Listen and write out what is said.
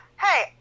Hey